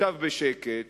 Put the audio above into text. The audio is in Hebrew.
ישב בשקט,